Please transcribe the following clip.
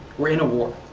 we are in a war,